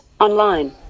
online